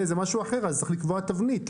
זה משהו אחר ואז צריך לקבוע תבנית.